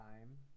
time